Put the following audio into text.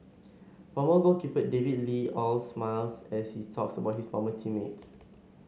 former goalkeeper David Lee all smiles as he talks about his former team mates